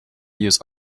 use